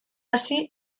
hasi